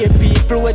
people